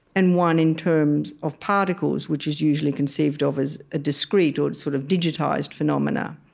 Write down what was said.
and one in terms of particles, which is usually conceived of as a discrete or sort of digitized phenomena.